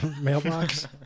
mailbox